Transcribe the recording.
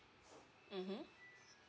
mmhmm